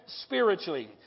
spiritually